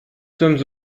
sommes